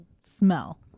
smell